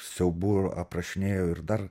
siaubu ir aprašinėjo ir dar